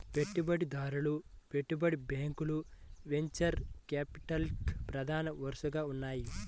పెట్టుబడిదారులు, పెట్టుబడి బ్యాంకులు వెంచర్ క్యాపిటల్కి ప్రధాన వనరుగా ఉన్నాయి